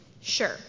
Sure